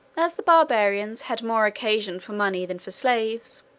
as the barbarians had more occasion for money than for slaves,